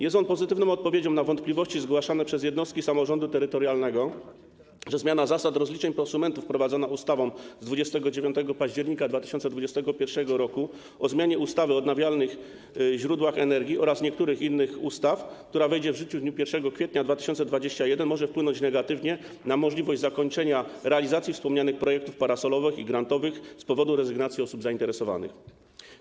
Jest on pozytywną odpowiedzią na wątpliwości zgłaszane przez jednostki samorządu terytorialnego co do tego, że zmiana zasad rozliczeń konsumentów wprowadzona ustawą z dnia 29 października 2021 r. o zmianie ustawy o odnawialnych źródłach energii oraz niektórych innych ustaw, która wejdzie w życie w dniu 1 kwietnia 2021 r., może wpłynąć negatywnie na możliwość zakończenia realizacji wspomnianych projektów parasolowych i grantowych z powodu rezygnacji zainteresowanych osób.